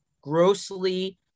grossly